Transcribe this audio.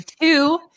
two